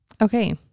Okay